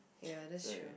ya that's true